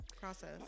process